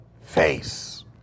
Face